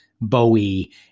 Bowie